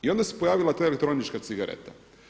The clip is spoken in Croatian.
I onda se pojavila ta elektronička cigareta.